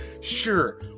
Sure